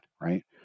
right